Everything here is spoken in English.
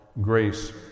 grace